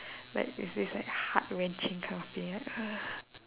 like there's this like heart wrenching kind of feeling like